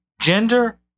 gender